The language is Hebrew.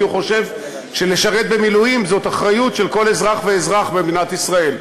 כי הוא חושב שלשרת במילואים זאת אחריות של כל אזרח ואזרח במדינת ישראל.